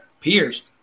pierced